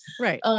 Right